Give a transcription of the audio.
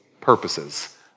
purposes